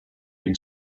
been